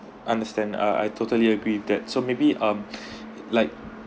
understand uh I totally agree with that so maybe um like